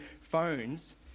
phones